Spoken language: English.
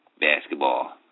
basketball